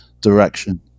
direction